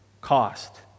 cost